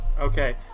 Okay